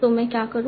तो मैं क्या करूं